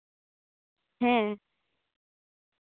ᱦᱮᱸ